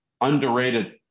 underrated